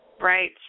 right